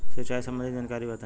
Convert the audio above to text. सिंचाई संबंधित जानकारी बताई?